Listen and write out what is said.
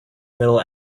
metal